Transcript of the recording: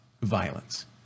violence